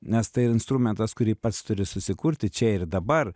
nes tai instrumentas kurį pats turi susikurti čia ir dabar